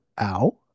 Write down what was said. ow